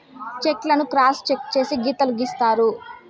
check లను cross check చేసి గీతలు గీత్తారు